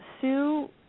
Sue